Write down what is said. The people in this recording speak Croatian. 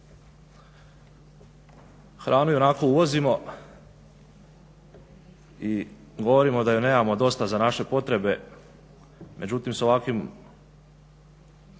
Hranu ionako uvozimo i govorimo da je nemamo dosta za naše potrebe, međutim sa ovakvim